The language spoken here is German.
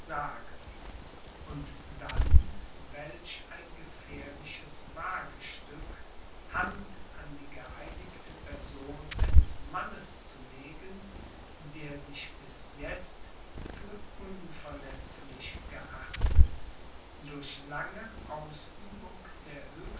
und dann welch ein gefährliches wagestück hand an die geheiligte person eines mannes zu legen der bis jetzt für unverletzlich geachtet durch lange ausübung der